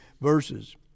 verses